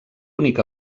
únic